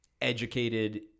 educated